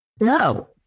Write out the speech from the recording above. No